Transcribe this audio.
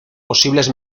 posibles